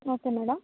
okay madam